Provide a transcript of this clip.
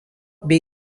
bei